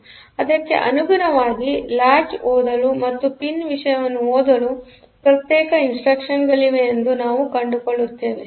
ಆದ್ದರಿಂದ ಅದಕ್ಕೆ ಅನುಗುಣವಾಗಿ ಲಾಚ್ ಓದಲು ಮತ್ತು ಪಿನ್ನ ವಿಷಯವನ್ನುಓದಲು ಪ್ರತ್ಯೇಕ ಇನ್ಸ್ಟ್ರಕ್ಷನ್ಗಳಿವೆ ಎಂದು ನಾವು ಕಂಡುಕೊಳ್ಳುತ್ತೇವೆ